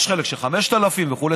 יש חלק ש-5,000 וכו'.